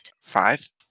Five